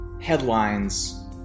headlines